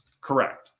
Correct